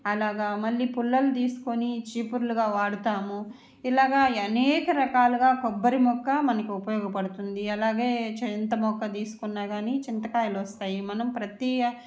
అలాగా మళ్ళీ పుల్లలు తీసుకొని చీపుర్లుగా వాడుతాము ఇలాగా అనేక రకాలుగా కొబ్బరి మొక్క మనకు ఉపయోగపడుతుంది అలాగే చింతమొక్క తీసుకున్న కాని చింతకాయలు వస్తాయి మనం ప్రతి